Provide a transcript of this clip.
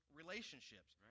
relationships